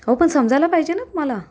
अहो पण समजायला पाहिजे ना तुम्हाला